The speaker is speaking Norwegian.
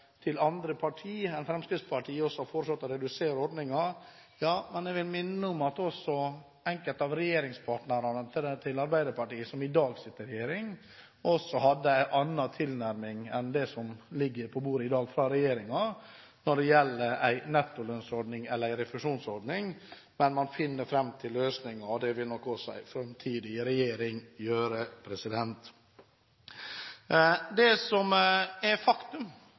til andre partier enn Fremskrittspartiet, som har foreslått å redusere ordningen. Ja, men jeg vil minne om at enkelte av regjeringspartnerne til Arbeiderpartiet, de som i dag sitter i regjering, også hadde en annen tilnærming enn den som ligger på bordet i dag fra regjeringen når det gjelder en nettolønnsordning, eller en refusjonsordning. Men man finner fram til løsninger, og det vil nok også en framtidig regjering gjøre. Det som er faktum,